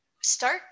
start